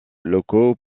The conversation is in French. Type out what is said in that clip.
locaux